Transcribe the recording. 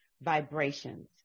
vibrations